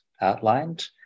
outlined